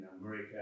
America